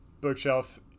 bookshelf